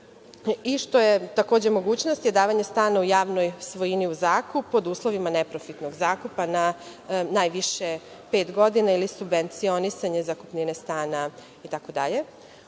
značajno, kao i mogućnost davanja stana u javnoj svojini u zakup, pod uslovima neprofitnog zakupa na najviše pet godina ili subvencionisanja zakupnine stana itd. Ono